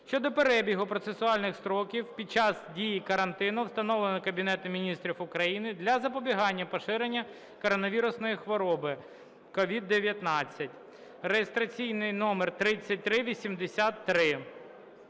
щодо перебігу процесуальних строків під час дій карантину, встановленого Кабінетом Міністрів України для запобігання поширенню коронавірусної хвороби (COVID-19) (реєстраційний номер 3383).